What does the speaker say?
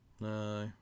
No